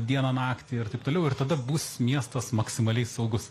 dieną naktį ir taip toliau ir tada bus miestas maksimaliai saugus